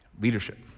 Leadership